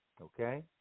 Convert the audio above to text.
okay